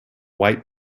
white